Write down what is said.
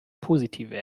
positive